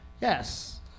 Yes